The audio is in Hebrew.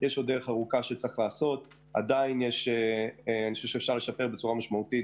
יש עוד דרך ארוכה שצריך לעשות ואפשר להשתפר עוד.